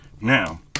Now